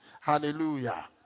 Hallelujah